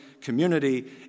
community